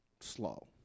slow